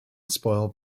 spoil